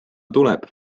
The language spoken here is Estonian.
tuleb